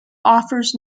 offers